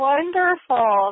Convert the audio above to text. Wonderful